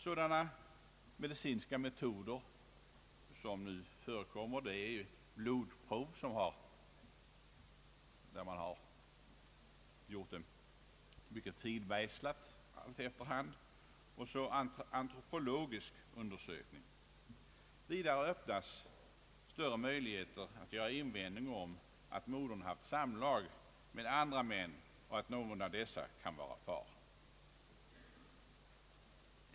Sådana nu förekommande medicinska metoder är blodprov, vilka efter hand blivit alltmer förfinade, samt antropologisk undersökning. Vidare öppnas nu större möjligheter att göra invändningar om att modern haft samlag med andra män, så att någon av dessa skulle kunna vara fader.